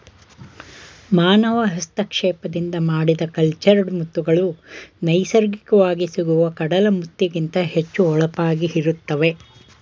ಮಾನವ ಹಸ್ತಕ್ಷೇಪದಿಂದ ಮಾಡಿದ ಕಲ್ಚರ್ಡ್ ಮುತ್ತುಗಳು ನೈಸರ್ಗಿಕವಾಗಿ ಸಿಗುವ ಕಡಲ ಮುತ್ತಿಗಿಂತ ಹೆಚ್ಚು ಹೊಳಪಾಗಿ ಇರುತ್ತವೆ